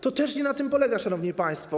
To też nie na tym polega, szanowni państwo.